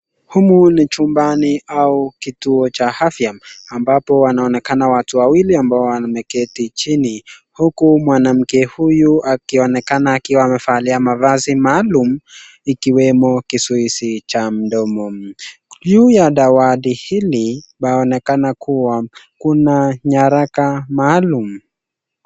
Ni chumbani au kituo cha afya ambapo wanaonekana watu wawili ambao wameketi chini huku mwanamke huyu akionekana akiwa amevalia mavazi maalum ikiwemo kizuizi cha mdomo. Juu ya dawati hili laonekana kuwa kuna nyaraka maalum.